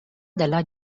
della